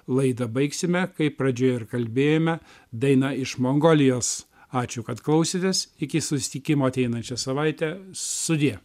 laidą baigsime kaip pradžioj ir kalbėjome daina iš mongolijos ačiū kad klausėtės iki susitikimo ateinančią savaitę sudie